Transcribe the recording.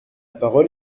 parole